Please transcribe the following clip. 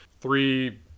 three